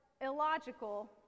illogical